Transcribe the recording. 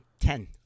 Ten